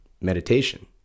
meditation